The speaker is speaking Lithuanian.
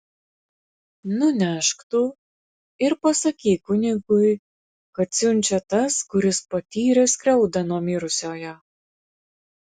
nunešk tu ir pasakyk kunigui kad siunčia tas kuris patyrė skriaudą nuo mirusiojo